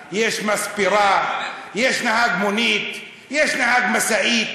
שווארמייה, יש מספרה, יש נהג מונית, יש נהג משאית.